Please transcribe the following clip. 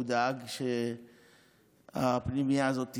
הוא דאג שמא הפנימייה הזאת תיסגר,